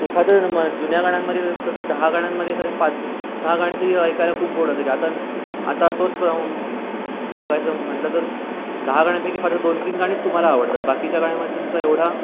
एखादं मग जुन्या गाण्यांमदे कसं दहा गाण्यांमध्ये जरी पाच सहा गाणी तरी ऐकायला खूप गोड असायची आता आता तोच प्रम बघायचं म्हटलं तर दहा गाण्यांपैकी फार तर दोन तीन गाणीच तुम्हाला आवडतात बाकीच्या गाण्यांमध्ये तुमचा एवढा